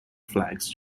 flags